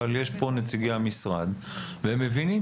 אבל נמצאים כאן את נציגי המשרד והם מבינים